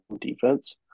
defense